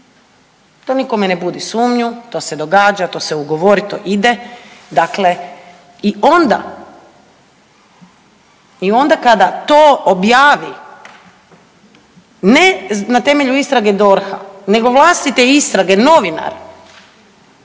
To nikome ne budi sumnju, to se događa, to se ugovori, to ide. Dakle i onda kada to objavi ne na temelju istrage DORH-a, nego vlastite istrage novinar